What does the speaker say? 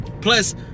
plus